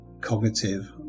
cognitive